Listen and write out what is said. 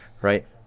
right